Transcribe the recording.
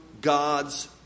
God's